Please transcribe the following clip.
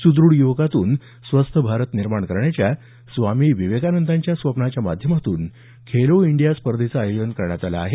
सुद्रढ युवकांतून स्वस्थ भारत निर्माण करण्याच्या स्वामी विवेकानंदांच्या स्वप्नाच्या माध्यमातून खेलो इंडीया स्पर्धेचं आयोजन करण्यात आलं आहे